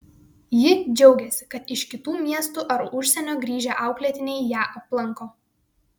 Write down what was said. ji džiaugiasi kad iš kitų miestų ar užsienio grįžę auklėtiniai ją aplanko